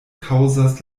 kaŭzas